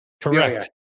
correct